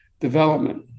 development